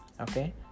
Okay